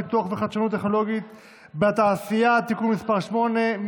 פיתוח וחדשנות טכנולוגית בתעשייה (תיקון מס' 8),